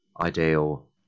ideal